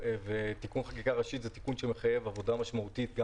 תיקון חקיקה ראשית זה תיקון שמחייב עבודה משמעותית.